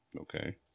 Okay